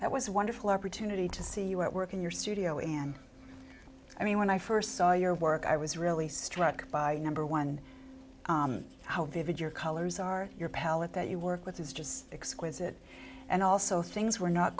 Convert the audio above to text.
that was a wonderful opportunity to see you at work in your studio and i mean when i first saw your work i was really struck by number one how vivid your colors are your palette that you work with is just exquisite and also things were not